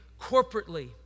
corporately